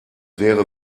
wäre